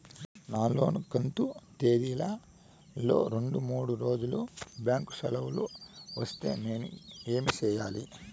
నా లోను కంతు తేదీల లో రెండు మూడు రోజులు బ్యాంకు సెలవులు వస్తే ఏమి సెయ్యాలి?